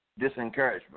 disencouragement